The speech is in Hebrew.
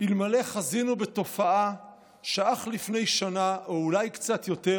אלמלא חזינו בתופעה שאך לפני שנה או אולי קצת יותר,